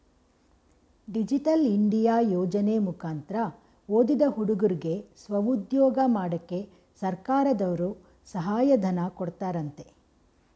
digital India ಯೋಜನೆ ಮುಕಂತ್ರ ಓದಿದ ಹುಡುಗುರ್ಗೆ ಸ್ವಉದ್ಯೋಗ ಮಾಡಕ್ಕೆ ಸರ್ಕಾರದರ್ರು ಸಹಾಯ ಧನ ಕೊಡ್ತಾರಂತೆ